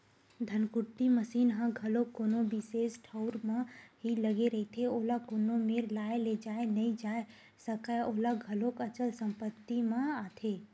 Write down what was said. धनकुट्टी मसीन ह घलो कोनो बिसेस ठउर म ही लगे रहिथे, ओला कोनो मेर लाय लेजाय नइ जाय सकय ओहा घलोक अंचल संपत्ति म आथे